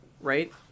right